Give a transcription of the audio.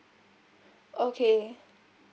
okay